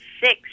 six